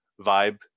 vibe